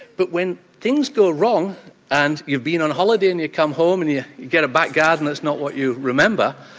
but when things go wrong and you've been on holiday and you come home and yeah you get a back garden that's not what you remember,